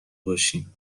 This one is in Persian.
باشیم